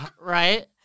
Right